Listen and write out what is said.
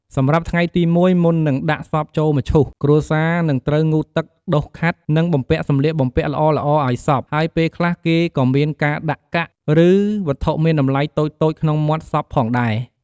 សម្រាប់ថ្ងៃទី១ មុននឹងដាក់សពចូលមឈូស គ្រួសារនឹងត្រូវងូតទឹក ដុសខាត់ និងបំពាក់សម្លៀកបំពាក់ល្អៗឲ្យសព ហើយពេលខ្លះគេក៏មានការដាក់កាក់ ឬវត្ថុមានតម្លៃតូចៗក្នុងមាត់សពផងដែរ។